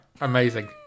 Amazing